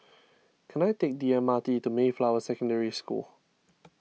can I take the M R T to Mayflower Secondary School